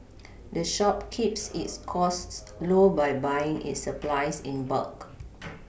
the shop keeps its costs low by buying its supplies in bulk